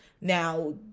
now